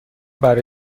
برای